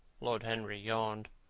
lord henry yawned.